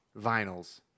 vinyls